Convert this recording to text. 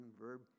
verb